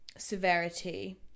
Severity